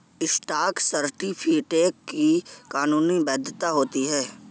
stock certificate की कानूनी वैधता होती है